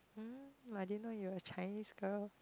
hmm I didn't know you were a Chinese girl